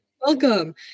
welcome